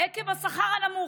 עקב השכר הנמוך,